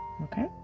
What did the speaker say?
okay